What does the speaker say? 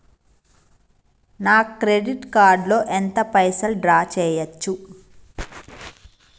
నా credit card లో ఎంత పైసల్ డ్రా చేయచ్చు?